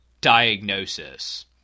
diagnosis